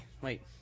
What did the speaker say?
Wait